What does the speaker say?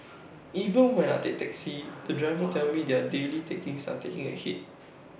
even when I take taxis the drivers tell me their daily takings are taking A hit